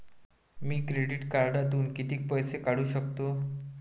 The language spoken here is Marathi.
मी क्रेडिट कार्डातून किती पैसे काढू शकतो?